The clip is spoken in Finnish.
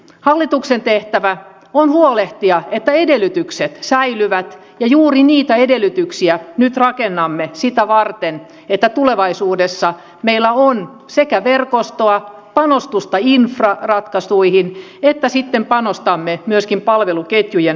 hallituksen tehtävä on huolehtia että edellytykset säilyvät ja juuri niitä edellytyksiä nyt rakennamme sitä varten että tulevaisuudessa meillä on sekä verkostoa panostusta infraratkaisuihin että sitten panostusta myöskin palveluketjujen mahdollisuuteen